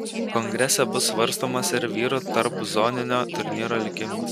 kongrese bus svarstomas ir vyrų tarpzoninio turnyro likimas